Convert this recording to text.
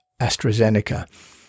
AstraZeneca